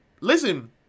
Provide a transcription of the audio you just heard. listen